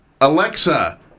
Alexa